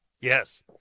Yes